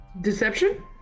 Deception